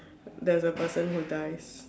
then the person who dies